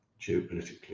geopolitically